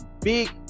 big